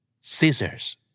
Scissors